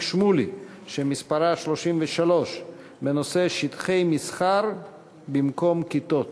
שמולי שמספרה 33 בנושא: שטחי מסחר במקום כיתות.